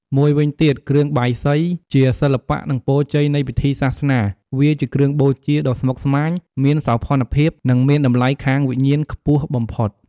មួយវិញទៀតគ្រឿងបាយសីជា សិល្បៈ និងពរជ័យនៃពិធីសាសនាវាជាគ្រឿងបូជាដ៏ស្មុគស្មាញ មានសោភ័ណភាព និងមានតម្លៃខាងវិញ្ញាណខ្ពស់បំផុត។